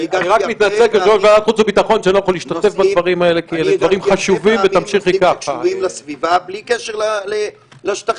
אני הגשתי הרבה פעמים נושאים שקשורים לסביבה בלי קשר לשטחים.